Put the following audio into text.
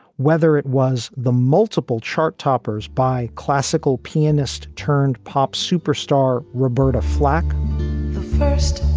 whether it was the multiple chart toppers by classical pianist turned pop superstar roberta flack, the first.